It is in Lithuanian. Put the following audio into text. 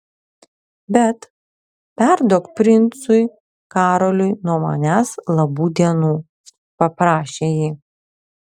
bet perduok princui karoliui nuo manęs labų dienų paprašė ji